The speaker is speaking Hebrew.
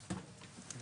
18:35.